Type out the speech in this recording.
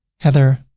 heather